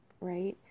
right